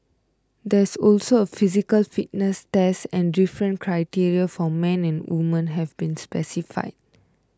there is also a physical fitness test and different criteria for men and women have been specified